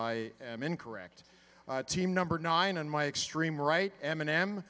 i am incorrect team number nine and my extreme right m and m